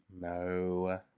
No